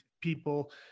people